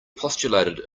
postulated